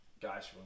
guys